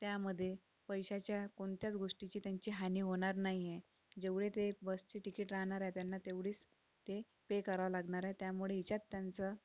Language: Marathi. त्यामध्ये पैशाच्या कोणत्याच गोष्टीची त्यांची हानी होणार नाहीये जेवढे ते बसचे टीकीट राहणार आहे त्यांना तेवढीच ते पे करावं लागणार आहे त्यामुळे यांच्यात त्यांचं